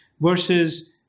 versus